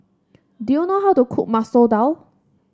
do you know how to cook Masoor Dal